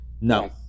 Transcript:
No